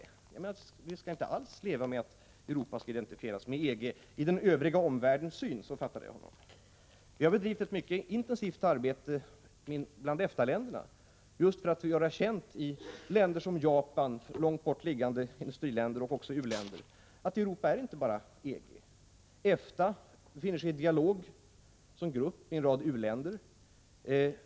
Så fattade jag honom. Men vi skall inte alls leva med att Europa identiferas med EG. Vi har bedrivit ett mycket intensivt arbete bland EFTA-länderna just för att informera sådana länder som Japan och andra långt bort i-länder, och även u-länder, att Europa inte är bara EG. EFTA befinner sig i en dialog med en rad u-länder.